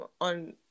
on